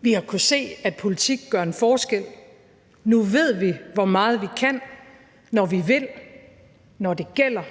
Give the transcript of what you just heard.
Vi har kunnet se, at politik gør en forskel. Nu ved vi, hvor meget vi kan, når vi vil, når det gælder,